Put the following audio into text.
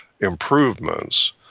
improvements